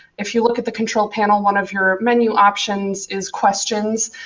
if you look at the control panel, one of your menu options is questions.